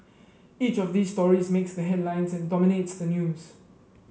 each of these stories makes the headlines and dominates the news